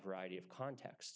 variety of context